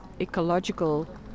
ecological